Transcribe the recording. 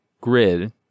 grid